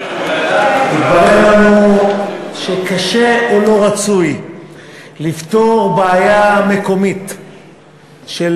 התברר לנו שקשה או לא רצוי לפתור בעיה מקומית של